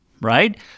right